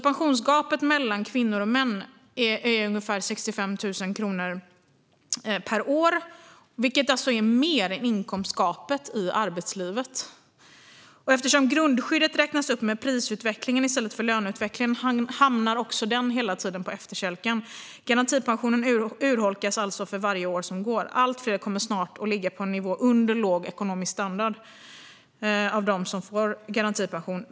Pensionsgapet mellan kvinnor och män är ungefär 65 000 kronor per år, vilket alltså är mer än inkomstgapet i arbetslivet. Eftersom grundskyddet räknas upp med prisutvecklingen i stället för löneutvecklingen hamnar också det hela tiden på efterkälken. Garantipensionen urholkas alltså för varje år som går. Allt fler av dem som får garantipension kommer snart att ligga på en nivå under låg ekonomisk standard.